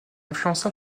influença